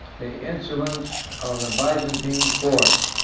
the insolence of the byzantine court.